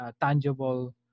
tangible